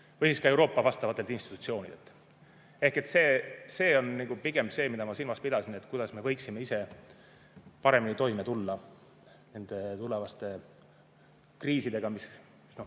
või Euroopa vastavatelt institutsioonidelt. Ehk see on pigem see, mida ma silmas pidasin, et kuidas me võiksime ise paremini toime tulla nende tulevaste kriisidega.